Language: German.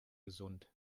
gesund